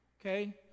Okay